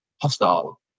hostile